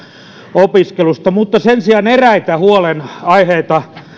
opiskelusta mutta sen sijaan eräitä huolenaiheita